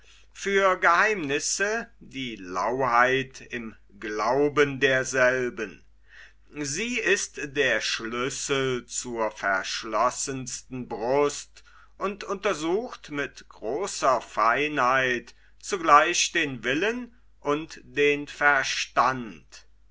für geheimnisse die lauheit im glauben derselben sie ist der schlüssel zur verschlossensten brust und untersucht mit großer feinheit zugleich den willen und den verstand